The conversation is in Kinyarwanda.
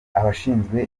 abashinzwe